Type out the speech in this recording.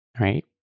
right